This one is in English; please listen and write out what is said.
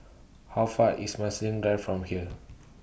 How Far IS Marsiling Drive from here